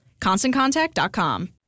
ConstantContact.com